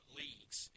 leagues